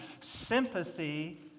Sympathy